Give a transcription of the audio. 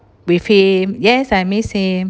with him yes I miss him